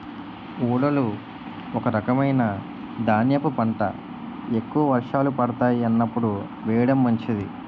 ఊదలు ఒక రకమైన ధాన్యపు పంట, ఎక్కువ వర్షాలు పడతాయి అన్నప్పుడు వేయడం మంచిది